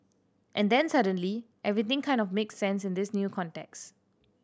and then suddenly everything kind of makes sense in this new context